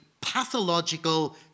pathological